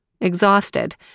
Exhausted